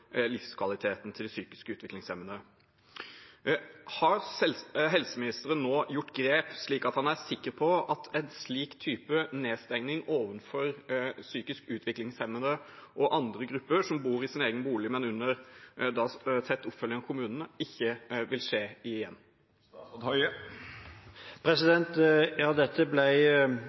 livskvaliteten til psykisk utviklingshemmede. Har helseministeren nå tatt grep slik at han er sikker på at en slik type nedstenging overfor psykisk utviklingshemmede og andre grupper som bor i sin egen bolig, men under tett oppfølging av kommunene, ikke vil skje igjen? Ja, dette